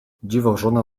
dziwożona